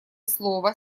слово